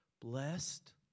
Blessed